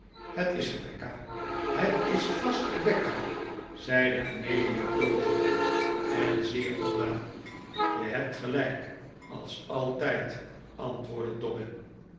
het is rebecca het is vast rebecca zeide amelia blozend en zeer ontdaan je hebt gelijk als altijd antwoordde